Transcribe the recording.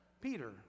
Peter